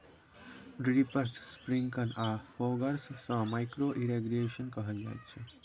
drippers, sprinkle आ foggers सँ micro irrigation कहल जाइत छै